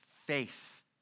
faith